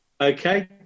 Okay